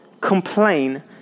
complain